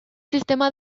sistema